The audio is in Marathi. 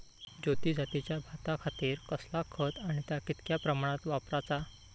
ज्योती जातीच्या भाताखातीर कसला खत आणि ता कितक्या प्रमाणात वापराचा?